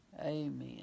amen